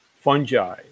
Fungi